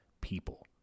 people